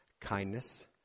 kindness